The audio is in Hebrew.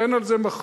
ואין על זה מחלוקת,